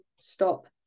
stop